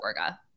Orga